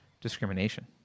discrimination